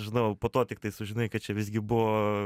žinau po to tiktai sužinai kad čia visgi buvo